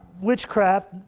witchcraft